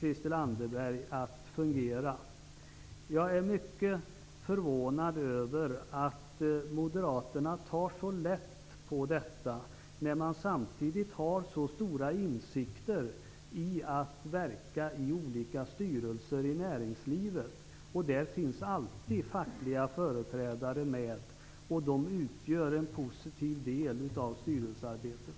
Detta kommer inte att fungera, Christel Anderberg. Jag är mycket förvånad över att Moderaterna tar så lätt på detta samtidigt som man har så stora insikter i att verka i olika styrelser i näringslivet. Där finns alltid fackliga företrädrare med, och de utgör en positiv del av styrelsearbetet.